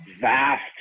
vast